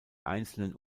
einzelnen